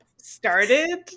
started